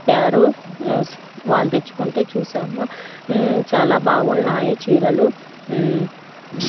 చెప్పారు వాళ్ళు తెచ్చుకుంటే చూసాము చాలా బాగున్నాయి చీరలు